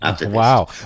Wow